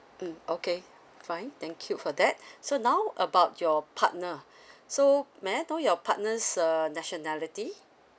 mm okay fine thank you for that so now about your partner so may I know your partner's uh nationality